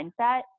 mindset